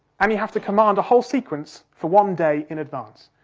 i mean have to command a whole sequence for one day in advance.